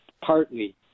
partly